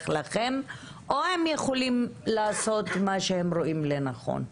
לכם או הם יכולים לעשות מה שהם רואים לנכון?